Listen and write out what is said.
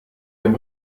wenn